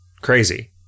Crazy